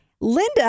Linda